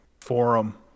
forum